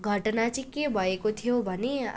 घटना चाहिँ के भएको थियो भने